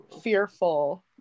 fearful